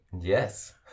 Yes